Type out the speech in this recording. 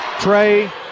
trey